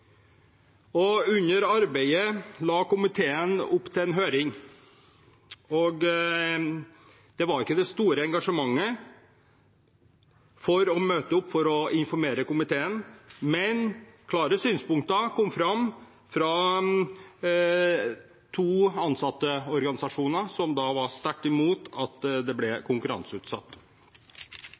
Under arbeidet la komiteen opp til en høring. Det var ikke det store engasjementet for å møte opp for å informere komiteen, men klare synspunkter kom fram fra to ansatteorganisasjoner, som var sterkt imot konkurranseutsetting. Kollektivtrafikken i Norge er allerede konkurranseutsatt,